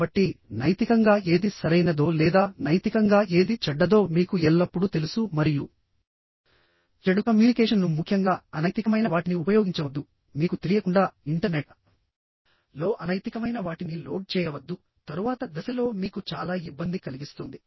కాబట్టి నైతికంగా ఏది సరైనదో లేదా నైతికంగా ఏది చెడ్డదో మీకు ఎల్లప్పుడూ తెలుసు మరియు చెడు కమ్యూనికేషన్ను ముఖ్యంగా అనైతికమైన వాటిని ఉపయోగించవద్దు మీకు తెలియకుండా ఇంటర్నెట్ లో అనైతికమైన వాటిని లోడ్ చేయవద్దు తరువాత దశలో మీకు చాలా ఇబ్బంది కలిగిస్తుంది